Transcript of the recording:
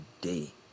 day